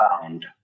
found